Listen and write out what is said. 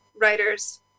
writers